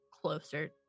closer